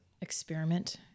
Experiment